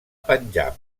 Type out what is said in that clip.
panjab